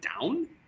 down